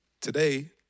Today